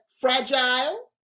fragile